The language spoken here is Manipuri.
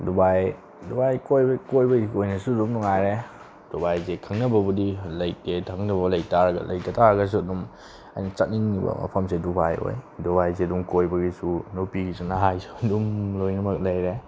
ꯗꯨꯕꯥꯏ ꯗꯨꯕꯥꯏ ꯀꯣꯏꯕ ꯀꯣꯏꯕꯒꯤ ꯑꯣꯏꯅꯁꯨ ꯑꯗꯨꯝ ꯅꯨꯡꯉꯥꯏꯔꯦ ꯗꯨꯕꯥꯏꯁꯦ ꯈꯪꯅꯕꯕꯨꯗꯤ ꯂꯩꯇꯦ ꯈꯪꯅꯕ ꯂꯩ ꯂꯩꯇꯇꯥꯔꯒꯁꯨ ꯑꯗꯨꯝ ꯑꯩꯅ ꯆꯠꯅꯤꯡꯉꯤꯕ ꯃꯐꯝꯁꯦ ꯗꯨꯕꯥꯏ ꯑꯣꯏ ꯗꯨꯕꯥꯏꯁꯦ ꯑꯗꯨꯝ ꯀꯣꯏꯕꯒꯤꯁꯨ ꯅꯨꯄꯤꯒꯤꯁꯨ ꯅꯍꯥꯒꯤꯁꯨ ꯑꯗꯨꯝ ꯂꯣꯏꯅꯃꯛ ꯂꯩꯔꯦ